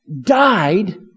died